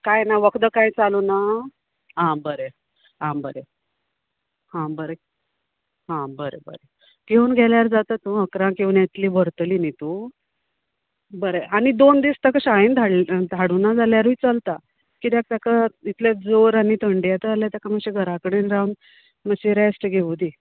काय ना वखदां कांय चालू ना आं बरें आं बरें आं बरें आं बरें बरें घेवन गेल्यार जाता तूं इकरांक येवन येतली व्हरतली न्ही तूं बरें आनी दोन दीस ताका शाळेन धाडिना धाडुना जाल्यारूय चलता कित्याक ताका जोर आनी थंडी येता जाल्यार तेका मात्शें घरा कडेन रावन मात्शें रेस्ट घेवूंदी